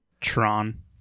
Tron